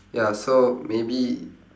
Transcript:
ya so maybe